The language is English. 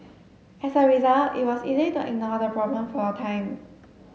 as a result it was easy to ignore the problem for a time